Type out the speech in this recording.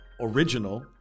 original